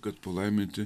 kad palaiminti